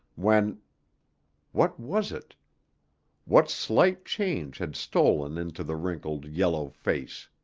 when what was it what slight change had stolen into the wrinkled, yellow face?